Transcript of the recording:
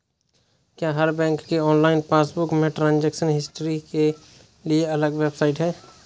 क्या हर बैंक के ऑनलाइन पासबुक में ट्रांजेक्शन हिस्ट्री के लिए अलग वेबसाइट है?